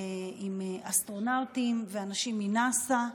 עם אסטרונאוטים ואנשים מנאס"א.